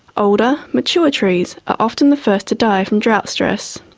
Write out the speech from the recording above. older, mature trees are often the first to die from drought stress.